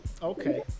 Okay